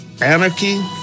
anarchy